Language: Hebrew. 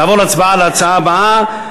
נעבור להצבעה על ההצעה הבאה,